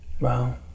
Wow